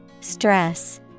Stress